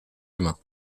humain